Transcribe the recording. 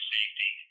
safety